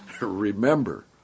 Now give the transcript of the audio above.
Remember